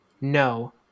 No